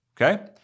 okay